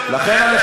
אתה נגד בית-המשפט.